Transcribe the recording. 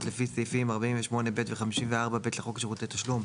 לפי סעיפים 48(ב) ו-54(ב) לחוק שירותי תשלום,